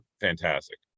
fantastic